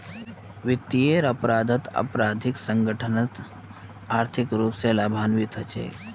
वित्तीयेर अपराधत आपराधिक संगठनत आर्थिक रूप स लाभान्वित हछेक